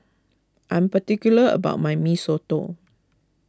I am particular about my Mee Soto